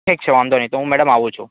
ઠીક છે વાંધો નહીં તો હું મેડમ આવું છુ